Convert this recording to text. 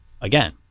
again